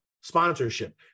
sponsorship